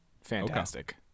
fantastic